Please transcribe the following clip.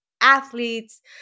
athletes